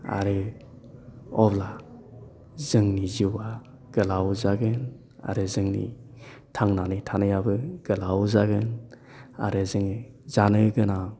आरो अब्ला जोंनि जिउआ गोलाव जागोन आरो जोंनि थांनानै थानायाबो गोलाव जागोन आरो जोङो जानो गोनां